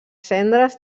cendres